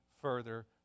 further